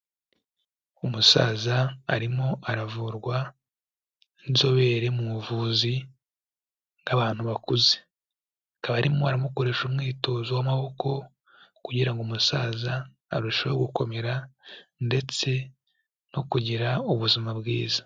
Umusaza arimo aravurwa n'inzobere mu buvuzi bw'abantu bakuze, akaba arimo aramukoresha umwitozo w'amaboko kugira ngo umusaza arusheho gukomera ndetse no kugira ubuzima bwiza.